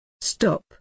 Stop